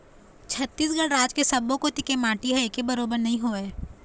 छत्तीसगढ़ राज के सब्बो कोती के माटी ह एके बरोबर नइ होवय